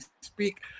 speak